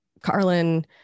Carlin